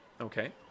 Okay